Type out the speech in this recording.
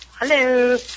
hello